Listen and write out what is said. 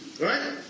right